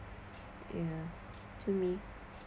ya to me